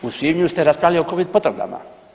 U svibnju ste raspravljali o covid potvrdama.